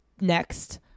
Next